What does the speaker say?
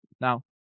Now